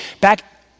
Back